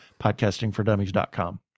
podcastingfordummies.com